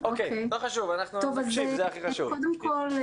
שמשתנים בעקבות כמובן מצב התחלואה.